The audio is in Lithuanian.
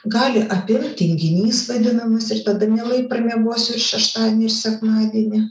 gali apimt tinginys vadinamas ir tada mielai pramiegosiu ir šeštadienį ir sekmadienį